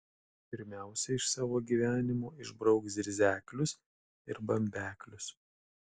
pirmiausia iš savo gyvenimo išbrauk zirzeklius ir bambeklius